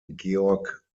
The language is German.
georg